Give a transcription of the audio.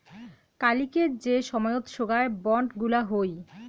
কালিকের যে সময়ত সোগায় বন্ড গুলা হই